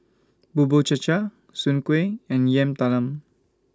Bubur Cha Cha Soon Kuih and Yam Talam